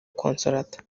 consolata